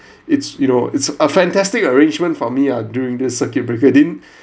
it's you know it's a fantastic arrangement for me ah during this circuit breaker didn't